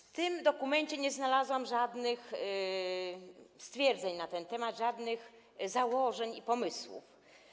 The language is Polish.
W tym dokumencie nie znalazłam żadnych stwierdzeń na ten temat, żadnych założeń i pomysłów.